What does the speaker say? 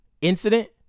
incident